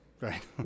right